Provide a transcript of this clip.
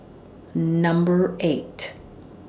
Number eight